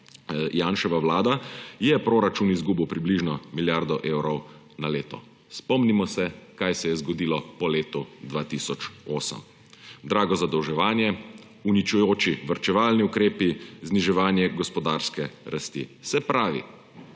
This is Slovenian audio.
Janševa vlada, je proračun izgubil približno milijardo evrov na leto. Spomnimo se, kaj se je zgodilo po letu 2008 – drago zadolževanje, uničujoči varčevalni ukrepi, zniževanje gospodarske rasti. Se pravi,